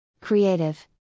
creative